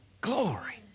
Glory